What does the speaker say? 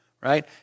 right